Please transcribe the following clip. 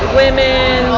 women